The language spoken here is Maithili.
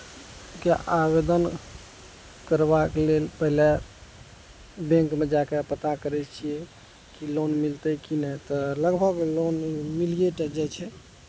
के आवेदन करबाक लेल पहिले बेंकमे जाके पता करै छियै कि लोन मिलतै की नहि तऽ लगभग लोन मिलिये टा जाइ छै